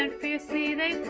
and fiercely they